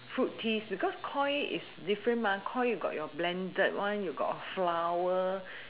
fruit teas because koi is different mah koi you got your blended one you got a flower